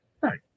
right